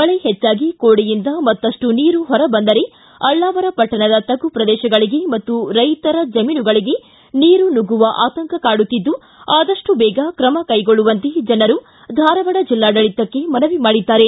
ಮಳೆ ಹೆಚ್ಚಾಗಿ ಕೊಡಿಯಿಂದ ಮತ್ತಷ್ಟು ನೀರು ಹೊರ ಬಂದರೆ ಅಳ್ಳಾವರ ಪಟ್ಟಣದ ತಗ್ಗು ಪ್ರದೇಶಗಳಿಗೆ ಹಾಗೂ ರೈತರ ಜಮೀನಿಗೂ ನೀರು ನುಗ್ಗುವ ಆತಂಕ ಕಾಡುತ್ತಿದ್ದು ಆದಷ್ಟು ಬೇಗ ಕ್ರಮ ಕೈಗೊಳ್ಳುವಂತೆ ಜನರು ಧಾರವಾಡ ಜಿಲ್ಲಾಡಳಿತಕ್ಕೆ ಮನವಿ ಮಾಡಿದ್ದಾರೆ